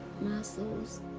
muscles